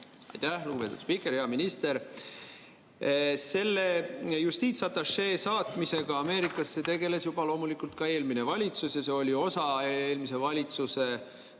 Aitäh, lugupeetud spiiker! Hea minister! Selle justiitsatašee saatmisega Ameerikasse tegeles loomulikult ka eelmine valitsus ning see oli osa eelmise valitsuse väga